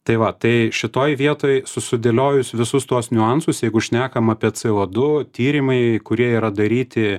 tai va tai šitoj vietoj su sudėliojus visus tuos niuansus jeigu šnekam apie co du tyrimai kurie yra daryti